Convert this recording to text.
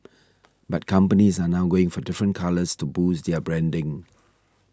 but companies are now going for different colours to boost their branding